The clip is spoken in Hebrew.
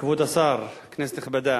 כבוד השר, כנסת נכבדה,